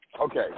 Okay